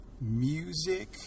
music